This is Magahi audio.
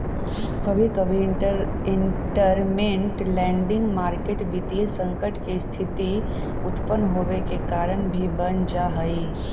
कभी कभी इंटरमेंट लैंडिंग मार्केट वित्तीय संकट के स्थिति उत्पन होवे के कारण भी बन जा हई